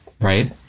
right